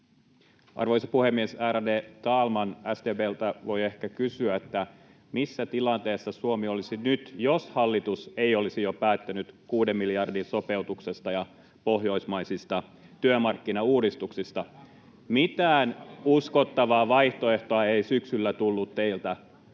Arvoisa puhemies, ärade talman! SDP:ltä voi ehkä kysyä, missä tilanteessa Suomi olisi nyt, jos hallitus ei olisi jo päättänyt kuuden miljardin sopeutuksesta ja pohjoismaisista työmarkkinauudistuksista. Mitään uskottavaa vaihtoehtoa ei syksyllä tullut teiltä,